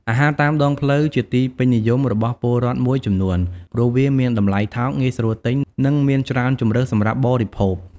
អាហារតាមដងផ្លូវ ជាទីពេញនិយមរបស់ពលរដ្ឋមួយចំនួន ព្រោះវាមានតម្លៃថោក ងាយស្រួលទិញ និងមានច្រើនជម្រើសសម្រាប់បរិភោគ។